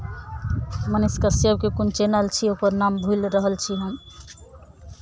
मनीष कश्यपके कोन चैनल छियै ओकर नाम भुलि रहल छी हम